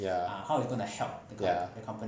ya ya